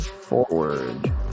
forward